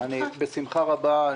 בשמחה רבה.